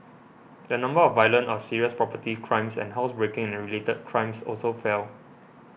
the number of violent or serious property crimes and housebreaking and related crimes also fell